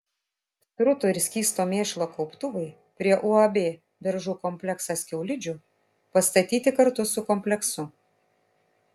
srutų ir skysto mėšlo kauptuvai prie uab beržų kompleksas kiaulidžių pastatyti kartu su kompleksu